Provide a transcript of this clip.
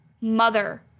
mother